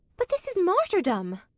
but this is martyrdom!